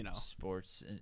Sports